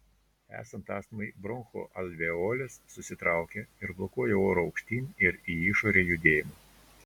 esant astmai bronchų alveolės susitraukia ir blokuoja oro aukštyn ir į išorę judėjimą